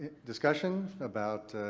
discussion about